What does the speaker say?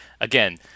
again